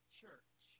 church